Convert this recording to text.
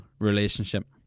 relationship